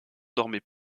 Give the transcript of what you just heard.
dormait